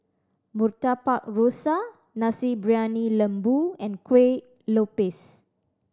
Murtabak Rusa Nasi Briyani Lembu and Kueh Lopes